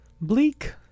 bleak